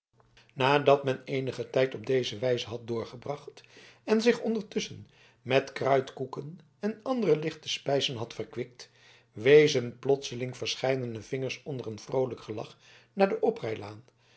nadat men eenigen tijd op deze wijze had doorgebracht en zich ondertusschen met kruidkoeken en andere lichte spijzen had verkwikt wezen plotseling verscheidene vingers onder een vroolijk gelach naar de oprijlaan